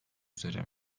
üzere